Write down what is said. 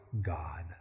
God